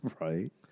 Right